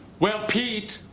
well, pete.